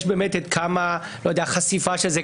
יש את העניין של כמה חשיפה של זה,